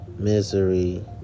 Misery